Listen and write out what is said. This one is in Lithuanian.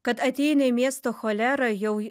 kad ateina į miestą cholera jau